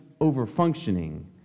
over-functioning